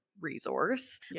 Resource